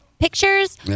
pictures